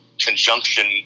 conjunction